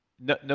No